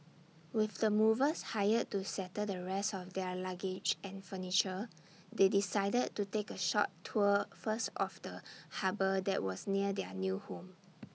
with the movers hired to settle the rest of their luggage and furniture they decided to take A short tour first of the harbour that was near their new home